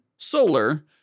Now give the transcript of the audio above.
Solar